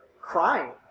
crying